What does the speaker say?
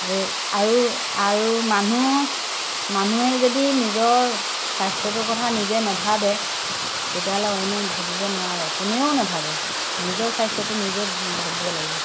এই আৰু আৰু মানুহ মানুহে যদি নিজৰ স্বাস্থ্যটোৰ কথা নিজে নেভাবে তেতিয়াহ'লে অইনে ভাবিব নোৱাৰে কোনেও নেভাবে নিজৰ স্বাস্থ্যটো নিজে ভাবিব লাগিব